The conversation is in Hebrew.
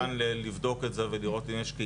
אני מוכן לבדוק את זה ולראות אם יש,